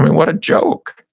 what a joke.